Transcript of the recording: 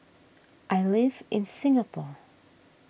I live in Singapore